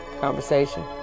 conversation